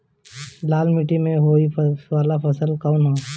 लाल मीट्टी में होए वाला फसल कउन ह?